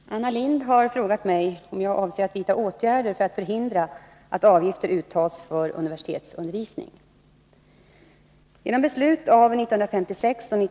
Herr talman! Anna Lindh har frågat mig om jag avser att vidta åtgärder för att förhindra att avgifter uttas för universitetsundervisning.